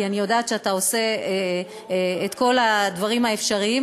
כי אני יודעת שאתה עושה את כל הדברים האפשריים